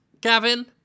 Gavin